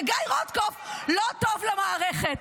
וגיא רוטקופף לא טוב למערכת.